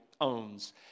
owns